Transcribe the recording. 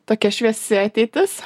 tokia šviesi ateitis